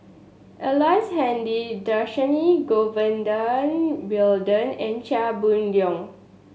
Ellice Handy Dhershini Govin Winodan and Chia Boon Leong